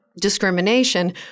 discrimination